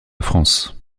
france